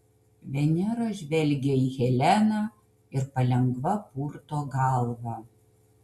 venera žvelgia į heleną ir palengva purto galvą